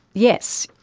yes,